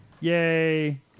Yay